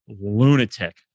lunatic